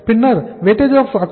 பின்னர் Wap 0